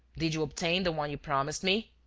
did you obtain the one you promised me?